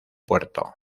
puerto